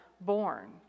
born